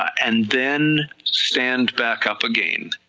and then stand back up again,